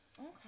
Okay